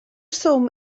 swm